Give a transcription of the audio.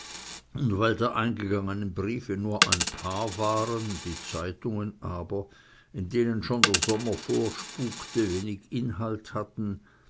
und weil der eingegangenen briefe nur ein paar waren die zeitungen aber in denen schon der sommer vorspukte wenig inhalt hatten